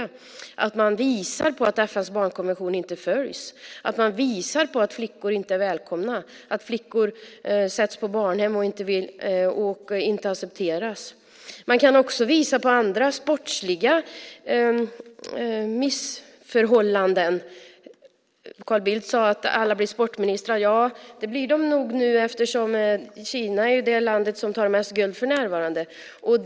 Det gäller att visa på att FN:s barnkonvention inte följs, att flickor inte är välkomna, att flickor sätts på barnhem och inte accepteras. Det går också att visa på andra sportsliga missförhållanden. Carl Bildt sade att alla blir sportministrar. Ja, det blir de nog nu eftersom Kina är det land som för närvarande tar flest guld.